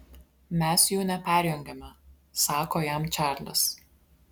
mes jų neperjungiame sako jam čarlis